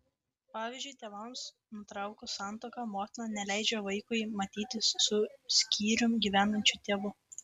pavyzdžiui tėvams nutraukus santuoką motina neleidžia vaikui matytis su skyrium gyvenančiu tėvu